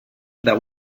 that